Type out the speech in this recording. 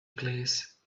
please